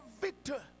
victor